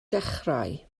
dechrau